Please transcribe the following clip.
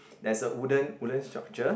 there's a wooden wooden structure